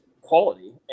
quality